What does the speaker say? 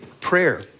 prayer